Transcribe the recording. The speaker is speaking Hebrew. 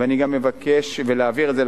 ואני גם מבקש להעביר את זה,